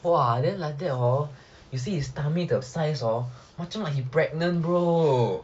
!wah! then like that hor you see his tummy the size hor macam like he pregnant bro